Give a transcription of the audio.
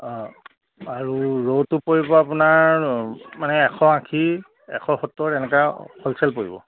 অঁ আৰু ৰৌটো পৰিব আপোনাৰ মানে এশ আশী এশ সত্তৰ এনেকুৱা হ'লছেল পৰিব